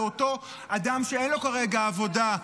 לאותו אדם שאין לו כרגע עבודה?